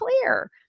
clear